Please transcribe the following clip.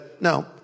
no